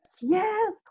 yes